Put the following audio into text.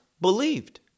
believed